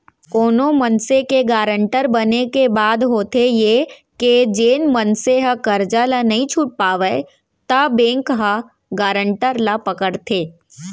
कोनो मनसे के गारंटर बने के बाद होथे ये के जेन मनसे ह करजा ल नइ छूट पावय त बेंक ह गारंटर ल पकड़थे